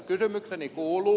kysymykseni kuuluu